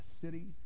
city